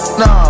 no